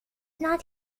not